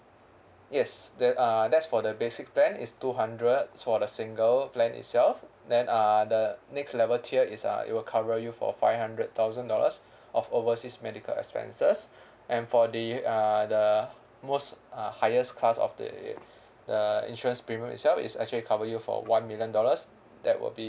yes there uh that's for the basic plan it's two hundred for the single plan itself then uh the next level tier is uh it will cover you for five hundred thousand dollars of overseas medical expenses and for the uh the most uh highest class of the the insurance premium itself is actually cover you for one million dollars that would be